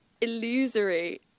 illusory